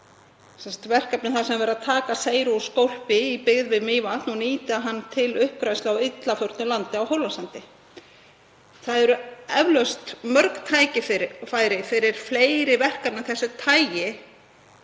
verkefni þar sem verið er að taka seyru úr skólpi í byggð við Mývatn og nýta hana til uppgræðslu á illa förnu landi á Hólasandi. Það eru eflaust mörg tækifæri fyrir fleiri verkefni af þessu tagi.